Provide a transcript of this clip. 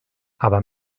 aber